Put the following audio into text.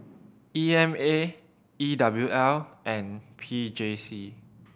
E M A E W L and P J C